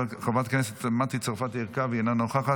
חבר הכנסת ולדימיר בליאק, אינו נוכח,